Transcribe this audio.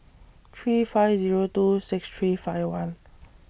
three five Zero two six three five one